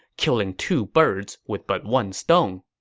killing two birds with but one stone.